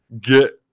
get